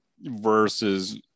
versus